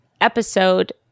episode